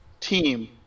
team